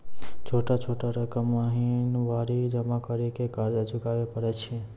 छोटा छोटा रकम महीनवारी जमा करि के कर्जा चुकाबै परए छियै?